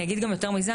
אני אגיד גם יותר מזה.